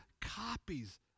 copies